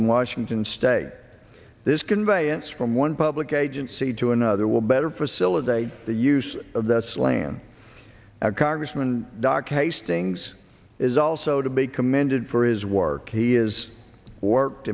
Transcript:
in washington state this conveyance from one public agency to another will better facilitate the use of that's land congressman doc hastings is also to be commended for his work he is worked